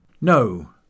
No